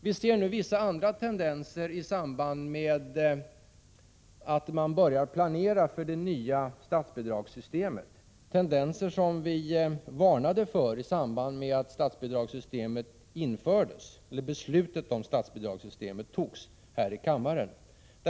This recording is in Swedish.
Vi ser nu vissa andra tendenser i samband med att man börjar planera för det nya statsbidragssystemet, tendenser som vi varnade för i samband med att beslutet om statsbidragssystemet fattades här i kammaren.